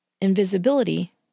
Invisibility